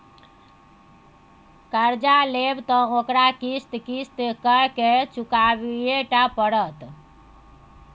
कर्जा लेब त ओकरा किस्त किस्त कए केँ चुकबहिये टा पड़त